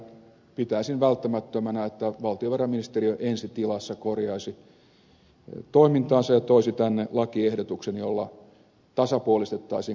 pitäisin välttämättömänä että valtiovarainministeriö ensi tilassa korjaisi toimintaansa ja toisi tänne lakiehdotuksen jolla tasapuolistettaisiin kotitalousvähennyksen käyttö